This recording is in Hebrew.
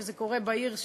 שזה קורה בעיר שלה,